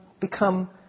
become